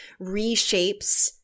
reshapes